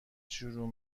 شروع